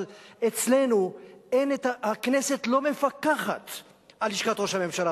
אבל אצלנו הכנסת לא מפקחת על לשכת ראש הממשלה,